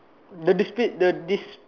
the this bit the this